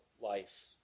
life